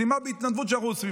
משימה בהתנדבות שעושים,